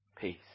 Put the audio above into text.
peace